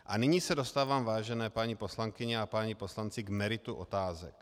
A nyní se dostávám, vážené paní poslankyně a páni poslanci k meritu otázek.